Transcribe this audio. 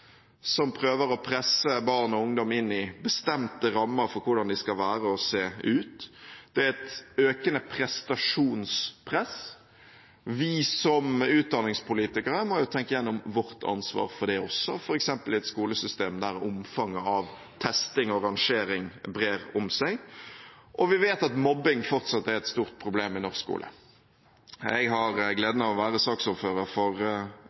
prøver å presse barn og ungdom inn i bestemte rammer for hvordan de skal være, og hvordan de skal se ut. Det er et økende prestasjonspress. Vi som utdanningspolitikere må tenke igjennom vårt ansvar også for dette, f.eks. i et skolesystem der omfanget av testing og rangering brer om seg. Og vi vet at mobbing fortsatt er et stort problem i norsk skole. Jeg har gleden av å være saksordfører for